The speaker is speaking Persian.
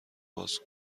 باز